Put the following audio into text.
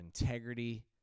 integrity